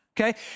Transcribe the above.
Okay